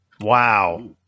wow